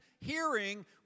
hearing